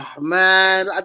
Man